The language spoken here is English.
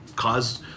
caused